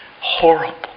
horrible